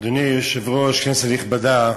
אדוני היושב-ראש, כנסת נכבדה,